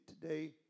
today